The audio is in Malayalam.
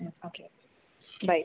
ആ ഓക്കെ ബൈ